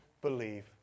believe